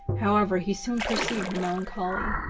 however, he soon perceived her melancholy,